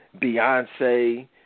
Beyonce